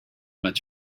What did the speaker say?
much